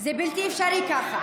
זה בלתי אפשרי ככה.